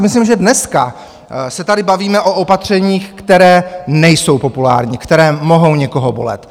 Myslím si, že dneska se tady bavíme o opatřeních, která nejsou populární, která mohou někoho bolet.